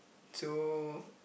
so